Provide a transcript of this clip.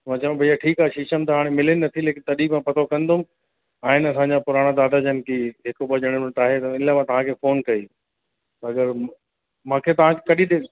मां चयुमि भइया ठीकु आहे शीशम त हाणे मिले न थी लेकिन तॾहिं बि मां पतो कंदुमि आहिनि असांजा पुराणा दादा जन की हिक ॿ ॼणो त आहे इन लाइ मां तव्हांखे फोन कई त अगरि मूंखे तव्हां कॾहिं ॾींहं